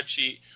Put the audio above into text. spreadsheet